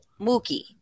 Mookie